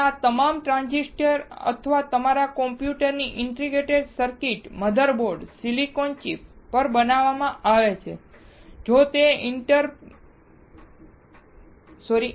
અને આ તમામ ટ્રાંઝિસ્ટર અને અમારા કમ્પ્યુટર્સની integrated circuits motherboards silicon chip પર બનાવવામાં આવે છે